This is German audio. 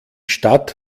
stadt